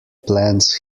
plants